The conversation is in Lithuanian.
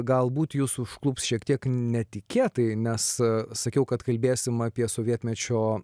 galbūt jus užklups šiek tiek netikėtai nes sakiau kad kalbėsim apie sovietmečio